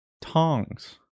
Tongs